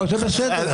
זה בסדר.